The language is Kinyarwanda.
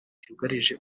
cyugarije